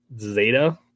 zeta